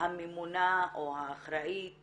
הממונה או האחראית